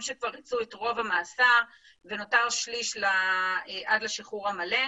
שכבר ריצו את רוב המאסר ונותר שליש עד לשחרור המלא.